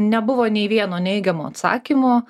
nebuvo nei vieno neigiamo atsakymo